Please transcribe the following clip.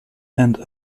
and